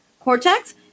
cortex